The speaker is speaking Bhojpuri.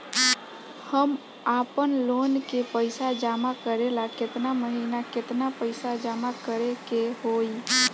हम आपनलोन के पइसा जमा करेला केतना महीना केतना पइसा जमा करे के होई?